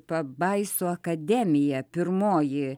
pabaisų akademija pirmoji